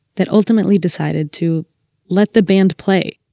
that ultimately decided to let the band play